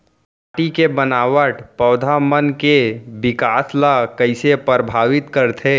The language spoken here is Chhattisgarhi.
माटी के बनावट पौधा मन के बिकास ला कईसे परभावित करथे